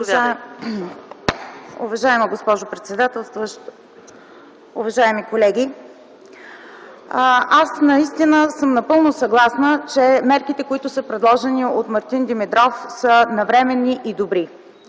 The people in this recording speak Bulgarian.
Уважаема госпожо председател, уважаеми колеги! Аз наистина съм напълно съгласна, че мерките, които са предложени от Мартин Димитров, са навременни, те